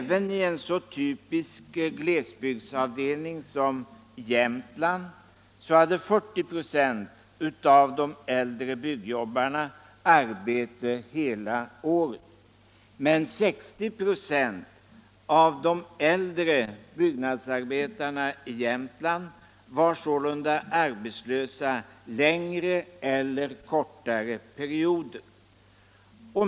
Även i en så typisk glesbygdsavdelning som Jämtland hade 40 8 av de äldre byggjobbarna arbete hela året. Men 60 96 av de äldre byggnadsarbetarna i Jämtland var sålunda arbetslösa längre eller kortare perioder.